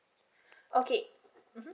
okay